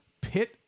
pit